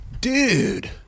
Dude